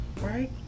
right